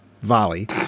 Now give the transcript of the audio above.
Volley